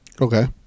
Okay